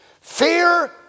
fear